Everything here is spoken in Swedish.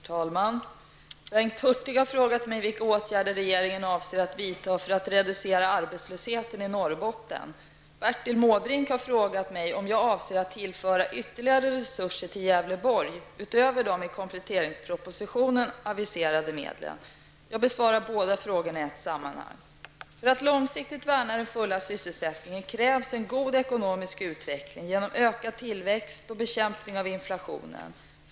Herr talman! Bengt Hurtig har frågat mig vilka åtgärder regeringen avser att vidta för att reducera arbetslösheten i Norrbotten. Bertil Måbrink har frågat mig om jag avser att tillföra ytterligare resurser till Gävleborg utöver de i kompletteringspropositionen aviserade medlen. Jag besvarar båda frågorna i ett sammanhang. För att långsiktigt värna den fulla sysselsättningen krävs en god ekonomisk utveckling genom ökad tillväxt och bekämpning av inflationen.